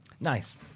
Nice